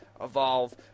Evolve